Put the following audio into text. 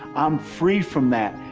i'm free from that,